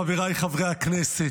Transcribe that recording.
חבריי חברי הכנסת,